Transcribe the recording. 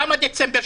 למה דצמבר?